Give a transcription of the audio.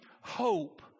hope